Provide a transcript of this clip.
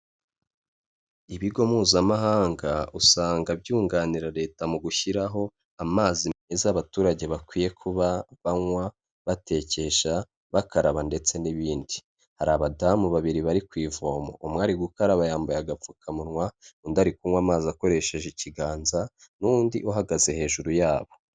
Ibigo mpuzamahanga usanga byunganira Leta mu gushyiraho amazi meza abaturage bakwiye kuba banywa, batekesha, bakaraba ndetse n'ibindi, hari abadamu babiri bari ku ivoma, umwe ari gukaraba yambaye agapfukamunwa, undi ari kunywa amazi akoresheje ikiganza n'undi uhagaze hejuru yabo.